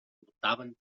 portaven